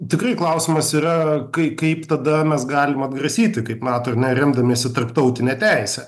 tikrai klausimas yra kai kaip tada mes galim atgrasyti kaip nato ar ne remdamiesi tarptautine teise